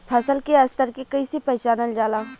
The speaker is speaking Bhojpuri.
फसल के स्तर के कइसी पहचानल जाला